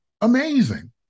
amazing